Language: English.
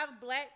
black